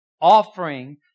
offering